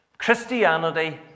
Christianity